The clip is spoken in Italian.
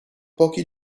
pochi